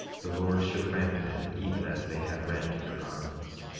the lord should rend them even as they had rent their garments.